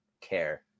care